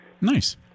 Nice